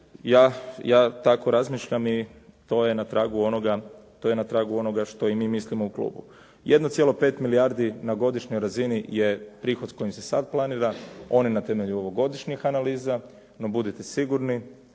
Ja tako razmišljam i to je na tragu onoga što i mi mislimo u klubu. 1,5 milijardi na godišnjoj razini je prihod s kojim se sad planira, on je na temelju ovogodišnjih analiza, no budite sigurni